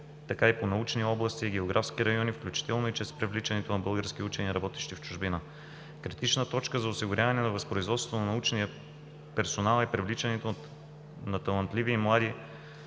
така и по научни области и географски райони, включително и чрез привличането на български учени, работещи в чужбина. Критична точка за осигуряване на възпроизводството на научния персонал е привличането на талантливи и млади